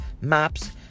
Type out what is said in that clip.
maps